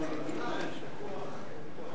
הצעת חוק